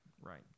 Right